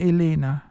Elena